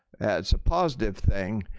it's a positive thing,